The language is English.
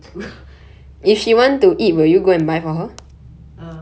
I mean ya I mean that's what I would do too